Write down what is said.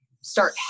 start